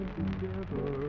together